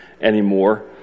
anymore